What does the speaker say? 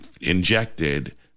injected